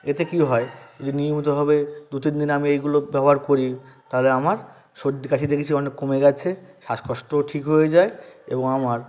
এতে কী হয় এই যে নিয়মিতভাবে দু তিন দিন আমি এইগুলো ব্যবহার করি তাহলে আমার সর্দি কাশি দেখেছি অনেক কমে গেছে শ্বাসকষ্টও ঠিক হয়ে যায় এবং আমার